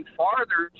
farther